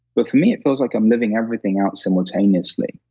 but for me, it feels like i'm living everything out simultaneously.